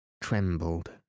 trembled